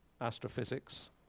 astrophysics